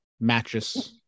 mattress